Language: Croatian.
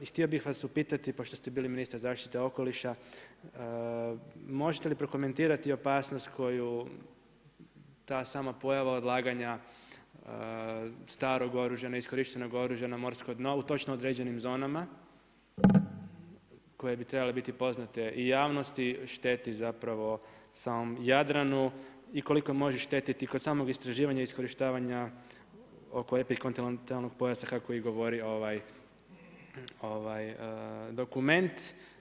Htio bih vas upitati pošto ste bili ministar zaštite okoliša, možete li prokomentirati opasnost koju ta sama pojava odlaganja strog oružja, neiskorištenog oružja na morsko dno u točno određenim zonama koje bi trebale biti poznate i javnosti šteti samom Jadranu i koliko može štetiti kod samog istraživanja i iskorištavanja oko epikontinentalnog pojasa kako je govorio dokument?